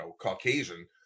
Caucasian